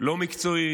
לא מקצועית,